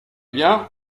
bien